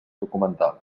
documental